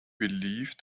believe